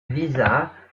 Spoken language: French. visa